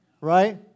Right